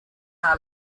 our